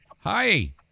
Hi